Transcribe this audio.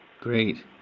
Great